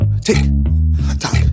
tick-tock